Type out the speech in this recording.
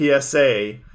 PSA